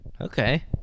Okay